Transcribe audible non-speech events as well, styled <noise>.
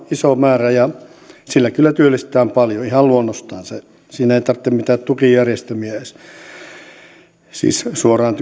iso määrä käyttöpääomaa ja sillä kyllä työllistetään paljon ihan luonnostaan siinä ei tarvitse mitään tukijärjestelmiä edes siis suoraan <unintelligible>